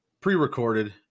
pre-recorded